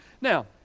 Now